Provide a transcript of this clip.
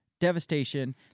devastation